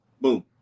boom